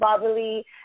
bubbly